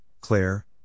claire